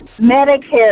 Medicare